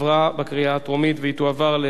התשע"ב 2012,